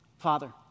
Father